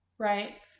Right